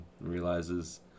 realizes